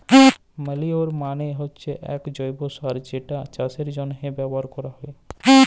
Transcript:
ম্যালইউর মালে হচ্যে এক জৈব্য সার যেটা চাষের জন্হে ব্যবহার ক্যরা হ্যয়